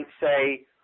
say